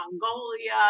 Mongolia